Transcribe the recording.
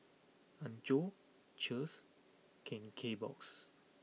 Anchor Cheers Ken Kbox